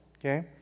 Okay